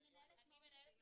מנהלת מעון 'מסילה'.